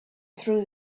through